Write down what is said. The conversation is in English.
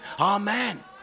Amen